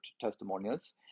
testimonials